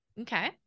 okay